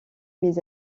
mes